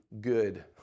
good